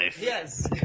Yes